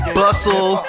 bustle